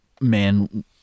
man